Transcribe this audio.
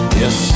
yes